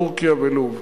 בטורקיה ובלוב.